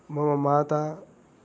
मम माता